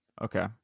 Okay